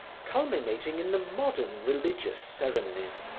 culminating in the modern religious ceremonies,